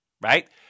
right